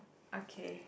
okay